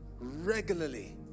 regularly